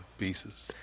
pieces